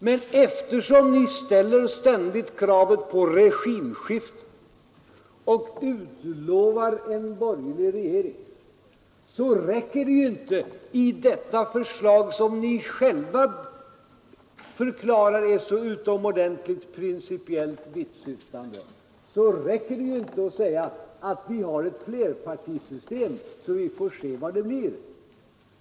Men eftersom ni ständigt ställer kravet på regimskifte och utlovar en borgerlig regering, räcker det inte att i fråga om det förslag som ni själva förklarar vara så utomordentligt principiellt vittsyftande säga, att vi har ett flerpartisystem, så vi får se vad det blir.